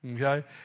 okay